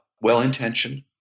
well-intentioned